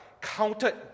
counted